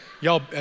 Y'all